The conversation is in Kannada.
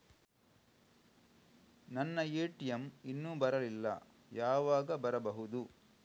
ನನ್ನ ಎ.ಟಿ.ಎಂ ಇನ್ನು ಬರಲಿಲ್ಲ, ಯಾವಾಗ ಬರಬಹುದು?